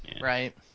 Right